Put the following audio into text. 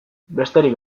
besterik